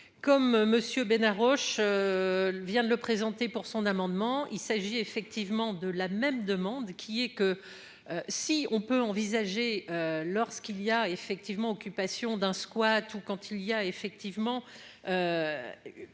monsieur Besnard Roche. Vient de le présenter pour son amendement. Il s'agit effectivement de la même demande qui est que. Si on peut envisager lorsqu'il y a effectivement, occupation d'un squat où quand il y a effectivement.